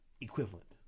equivalent